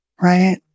Right